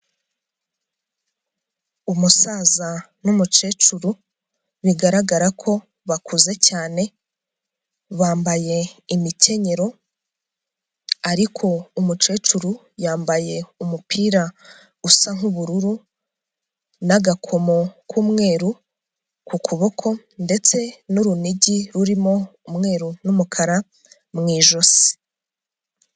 Umusaza n'umukecuru, bigaragara ko bakuze cyane, bambaye imikenyero, ariko umukecuru yambaye umupira usa nk'ubururu n'agakomo k'umweru ku kuboko ndetse n'urunigi rurimo umweru n'umukara mu ijosi.